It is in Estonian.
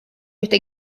ühte